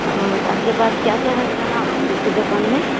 हाँ तो आपके पास क्या सब है सोना की दुक़ान में